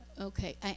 Okay